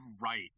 Right